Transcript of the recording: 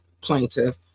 plaintiff